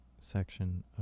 section